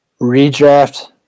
Redraft